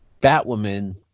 Batwoman